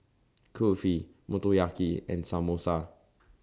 Kulfi Motoyaki and Samosa